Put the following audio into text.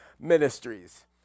Ministries